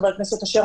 חבר הכנסת אשר,